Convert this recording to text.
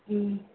ꯎꯝ